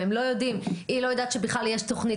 והם לא יודעים היא לא יודעת שבכלל יש תוכניות